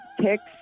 Picks